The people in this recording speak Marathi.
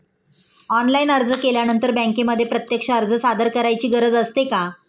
ऑनलाइन अर्ज केल्यानंतर बँकेमध्ये प्रत्यक्ष अर्ज सादर करायची गरज असते का?